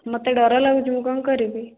ମୋତେ ଡର ଲାଗୁଚି ମୁଁ କ'ଣ କରିବି